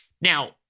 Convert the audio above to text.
Now